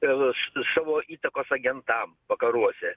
realus savo įtakos agentam vakaruose